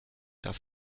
darf